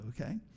okay